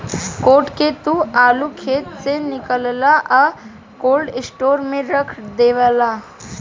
code के तू आलू खेत से निकालेलऽ आ कोल्ड स्टोर में रख डेवेलऽ